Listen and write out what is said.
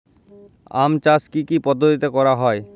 আম চাষ কি কি পদ্ধতিতে করা হয়?